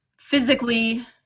physically